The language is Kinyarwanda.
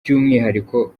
by’umwihariko